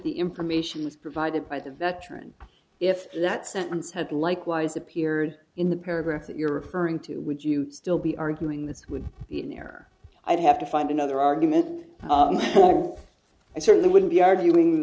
the information was provided by the veteran if that sentence had likewise appeared in the paragraph that you're referring to would you still be arguing this would be in there i'd have to find another argument i certainly wouldn't be arguing